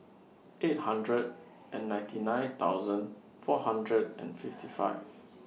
eight hundred and ninety nine thousand four hundred and fifty five